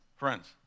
Friends